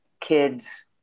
kids